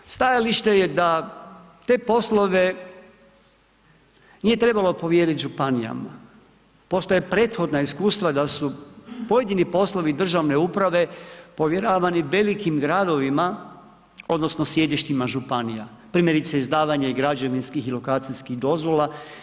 Prije svega stajalište je da te poslove nije trebalo povjeriti županijama, postoje prethodna iskustva da su pojedini poslovi državne uprave povjeravani velikim gradovima odnosno sjedištima županija, primjerice izdavanje građevinskih i lokacijskih dozvola.